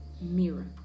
mirror